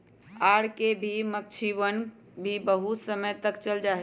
R K की मक्षिणवन भी बहुत समय तक चल जाहई